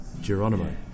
Geronimo